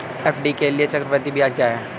FD के लिए चक्रवृद्धि ब्याज क्या है?